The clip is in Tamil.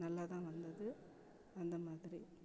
நல்லாதான் வந்தது அந்த மாதிரி